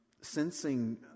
sensing